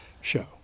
show